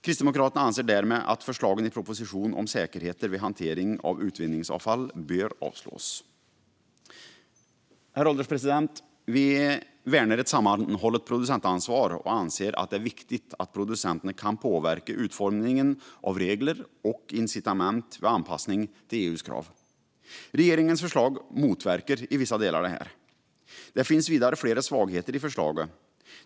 Kristdemokraterna anser därmed att förslagen i propositionen om säkerheter vid hantering av utvinningsavfall bör avslås. Herr ålderspresident! Vi värnar ett sammanhållet producentansvar och anser att det är viktigt att producenterna kan påverka utformningen av regler och incitament vid anpassning till EU:s krav. Regeringens förslag motverkar i vissa delar detta. Det finns också flera svagheter i förslaget.